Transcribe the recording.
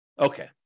Okay